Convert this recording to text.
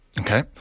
Okay